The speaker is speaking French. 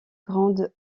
grandes